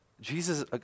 Jesus